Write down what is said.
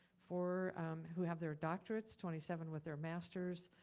four who have their doctorates, twenty seven with their master's,